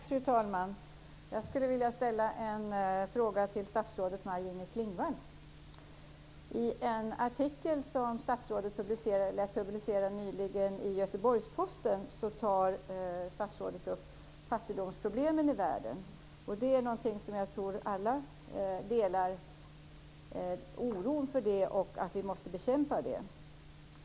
Fru talman! Jag skulle vilja ställa en fråga till statsrådet Maj-Inger Klingvall. I en artikel som statsrådet lät publicera nyligen i Göteborgs-Posten tar statsrådet upp fattigdomsproblemen i världen. Jag tror att alla delar en oro för dessa problem och anser att vi måste bekämpa fattigdomen.